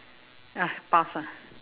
ah tough ah